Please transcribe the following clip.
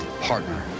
partner